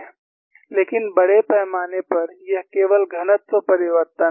लेकिन बड़े पैमाने पर यह केवल घनत्व परिवर्तन है